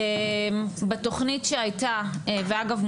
בתוכנית שהיית ואגב,